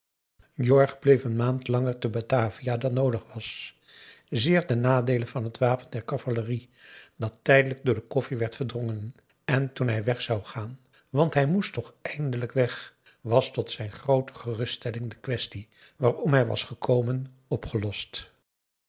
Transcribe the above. jorg bleef een maand langer te batavia dan noodig was zeer ten nadeele van het wapen der cavallerie dat tijdelijk door de koffie werd verdrongen en toen hij weg zou gaan want hij moest toch eindelijk weg was tot zijne groote geruststelling de quaestie waarom hij was gekomen opgelost